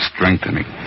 Strengthening